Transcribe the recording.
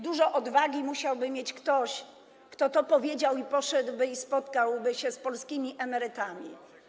Dużo odwagi musiałby mieć ktoś, kto powiedziałby to, poszedł i spotkał się z polskimi emerytami.